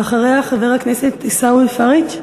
ואחריה, חבר הכנסת עיסאווי פריג'.